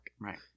right